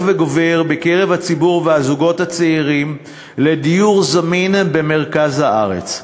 וגובר בקרב הציבור והזוגות הצעירים בדיור זמין במרכז הארץ.